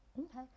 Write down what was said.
Okay